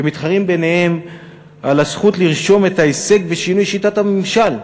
כמתחרים ביניהם על הזכות לרשום את ההישג בשינוי שיטת הממשל,